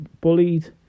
bullied